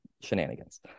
shenanigans